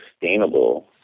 sustainable